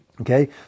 Okay